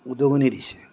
উদ্গনি দিছে